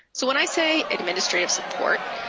so when i say administrative support,